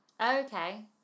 Okay